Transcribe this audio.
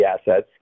assets